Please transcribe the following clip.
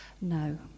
No